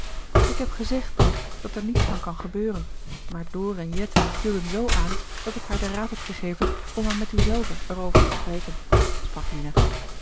ik heb gezegd nicht dat er niets van kan gebeuren maar door en jet hielden z aan dat ik haar den raad heb gegeven om maar met u zelve er over te spreken sprak lina